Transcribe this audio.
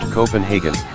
Copenhagen